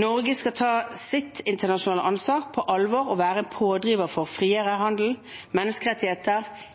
Norge skal ta sitt internasjonale ansvar på alvor og være en pådriver for friere handel, menneskerettigheter,